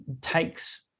takes